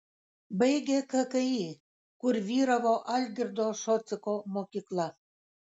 baigė kki kur vyravo algirdo šociko mokykla